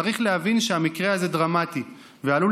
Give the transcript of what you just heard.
צריך להבין שהמקרה הזה דרמטי ועלול